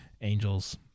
angels